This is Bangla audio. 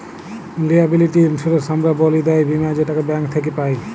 লিয়াবিলিটি ইন্সুরেন্স হামরা ব্যলি দায় বীমা যেটাকে ব্যাঙ্ক থক্যে পাই